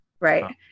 Right